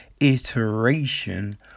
iteration